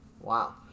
Wow